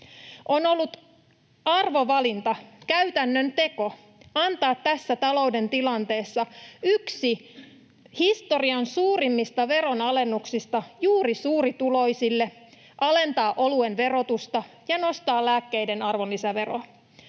On ollut arvovalinta, käytännön teko, antaa tässä talouden tilanteessa yksi historian suurimmista veronalennuksista juuri suurituloisille, alentaa oluen verotusta ja nostaa lääkkeiden arvonlisäveroa.